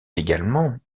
également